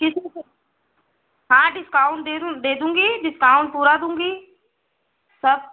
किसी से हाँ डिस्काउंट दे दूँ दे दूँगी डिस्काउंट पूरा दूँगी सब